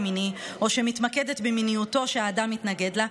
מיני או אמירה שמתמקדת במיניותו שהאדם התנגד לה,